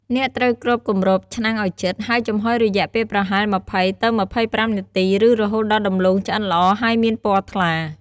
អ្នកត្រូវគ្របគម្របឆ្នាំងឱ្យជិត ហើយចំហុយរយៈពេលប្រហែល ២០ ទៅ ២៥ នាទី ឬរហូតដល់ដំឡូងឆ្អិនល្អ ហើយមានពណ៌ថ្លា។